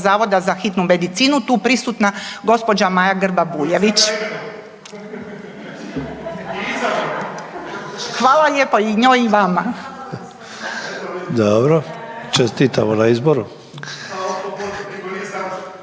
Zavoda za hitnu medicinu tu prisutna gospođa Maja Grba Bujević. Hvala lijepo i njoj i vama. **Sanader,